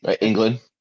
England